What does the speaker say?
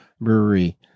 brewery